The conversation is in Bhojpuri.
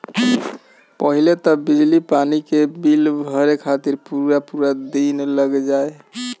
पहिले तअ बिजली पानी के बिल भरे खातिर पूरा पूरा दिन लाग जाए